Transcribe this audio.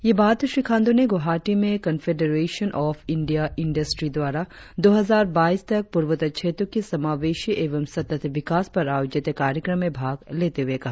ये बात श्री खांडू ने ग्रवाहाटी में कन्फेडेरेशन आँफ इंडियन इंडस्ट्री द्वारा दो हजार बाइस तक पूर्वोत्तर क्षेत्रो की समावेशी एवं सतत विकास पर आयोजित कार्यक्रम में भाग लेते हुए कहा